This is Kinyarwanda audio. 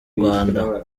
rwanda